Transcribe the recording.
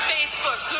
Facebook